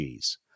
Gs